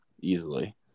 easily